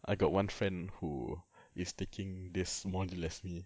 I got one friend who is taking this module as me